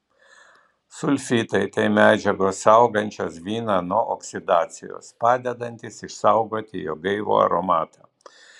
sulfitai tai medžiagos saugančios vyną nuo oksidacijos padedantys išsaugoti jo gaivų aromatą